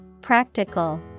Practical